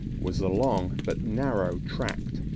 was a long, but narrow tract,